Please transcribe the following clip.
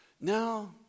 Now